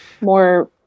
more